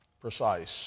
precise